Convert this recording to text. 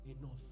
enough